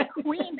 queen